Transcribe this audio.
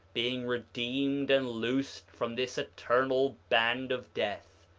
being redeemed and loosed from this eternal band of death,